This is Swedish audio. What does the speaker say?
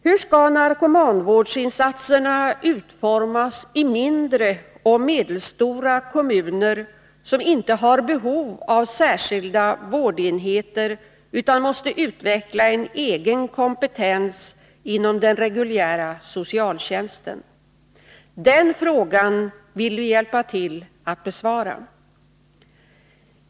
Hur skall narkomanvårdsinsatserna utformas i mindre och medelstora kommuner som inte har behov av särskilda vårdenheter utan måste utveckla en egen kompetens inom den reguljära socialtjänsten? Den frågan vill vi hjälpa till att besvara.